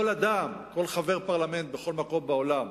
כל אדם, כל חבר פרלמנט בכל מקום בעולם,